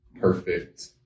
perfect